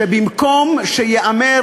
שבמקום שייאמר